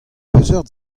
peseurt